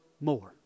more